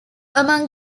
among